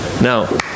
Now